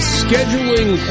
scheduling